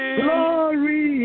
glory